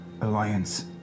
alliance